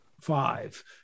five